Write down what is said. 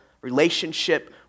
relationship